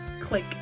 Click